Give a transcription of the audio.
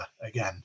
again